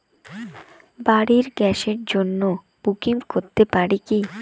বাড়ির গ্যাসের জন্য বুকিং করতে পারি কি?